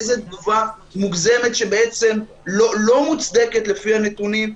איזו תגובה מוגזמת ולא מוצדקת לפי הנתונים.